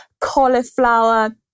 cauliflower